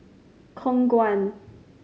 Khong Guan